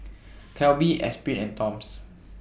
Calbee Esprit and Toms